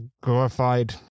glorified